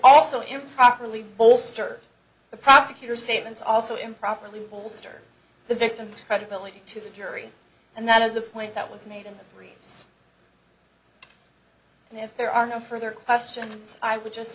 also improperly bolster the prosecutor statements also improperly bolster the victim's credibility to the jury and that is a point that was made in the breeze and if there are no further questions i would just